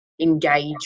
engage